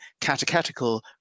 catechetical